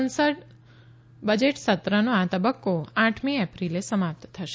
સંસદ બજેટ સત્રનો આ તબક્કો આઠમી એપ્રિલે સમાપ્ત થશે